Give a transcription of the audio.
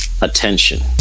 attention